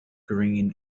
green